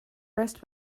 rest